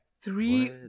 three